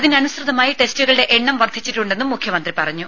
അതിനനുസൃതമായി ടെസ്റ്റുകളുടെ എണ്ണം വർധിപ്പിച്ചിട്ടുണ്ടെന്നും മുഖ്യമന്ത്രി പറഞ്ഞു